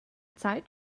zeit